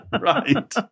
right